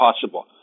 possible